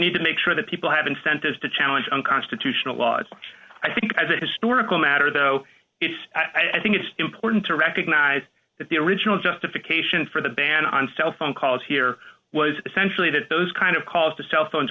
need to make sure that people have incentives to challenge unconstitutional laws i think as a historical matter though it's i think it's important to recognize that the original justification for the ban on cell phone calls here was essentially that those kind of calls to cellphones